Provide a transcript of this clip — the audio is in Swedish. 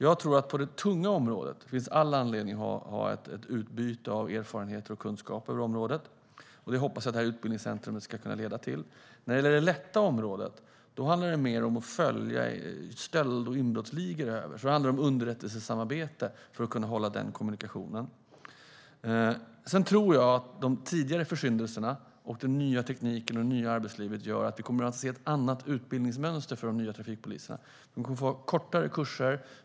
Jag tror att det finns all anledning att ha ett utbyte av erfarenheter och kunskaper på det tunga området. Det hoppas jag att det här utbildningscentrumet ska kunna leda till. När det gäller det lätta området handlar det mer om att följa stöld och inbrottsligor. Det handlar om underrättelsesamarbete för att kunna hålla den kommunikationen. Sedan tror jag att de tidigare försyndelserna, den nya tekniken och det nya arbetslivet gör att vi kommer att få se ett annat utbildningsmönster för de nya trafikpoliserna. De kommer att gå kortare kurser.